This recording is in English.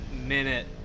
minute